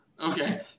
Okay